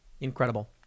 Incredible